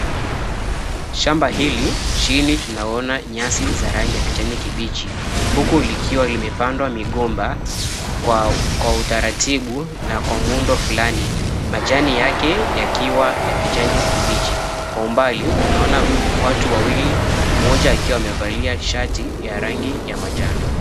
Shamba hili chini tunaona nyasi za rangi ya kijani kibichi huku likiwa limepandwa migomba kwa utaratibu na kwa muundo fulani, majani yake yakiwa ya kijani kibichi. Kwa umbali tunaona watu wawili mmoja akiwa amevalia shati ya rangi ya manjano.